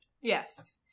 Yes